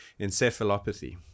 Encephalopathy